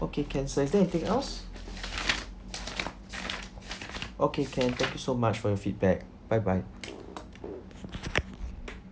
okay can so is there anything else okay can thank you so much for your feedback bye bye